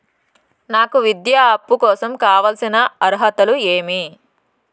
నాకు విద్యా అప్పు కోసం కావాల్సిన అర్హతలు ఏమి?